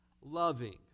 loving